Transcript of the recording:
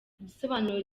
igisobanuro